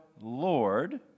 Lord